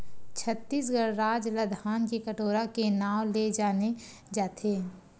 छत्तीसगढ़ राज ल धान के कटोरा के नांव ले जाने जाथे